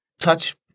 touch